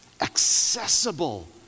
accessible